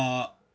uh